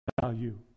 value